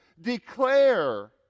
declare